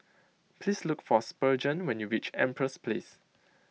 please look for Spurgeon when you reach Empress Place